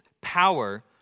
power